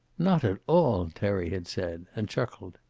not at all, terry had said. and chuckled.